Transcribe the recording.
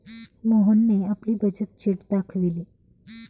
मोहनने आपली बचत शीट दाखवली